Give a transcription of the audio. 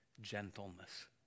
gentleness